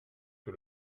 que